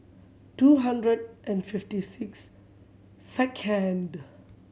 two hundred and fifty six second